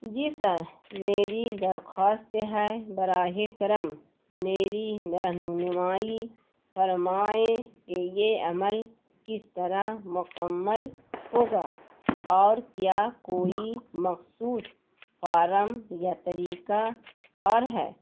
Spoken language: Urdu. جی سر میری درخواست ہے براہ کرم میری رہنمائی فرمائے کے یہ عمل کس طرح مکمل ہوگا اور کیا کوئی مخصوص فارم یا طریقہ کار ہے